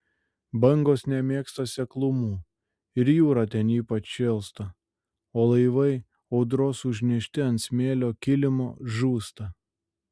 bangos nemėgsta seklumų ir jūra ten ypač šėlsta o laivai audros užnešti ant smėlio kilimo žūsta